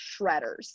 shredders